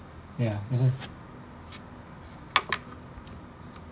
ya